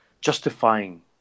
justifying